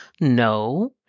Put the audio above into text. No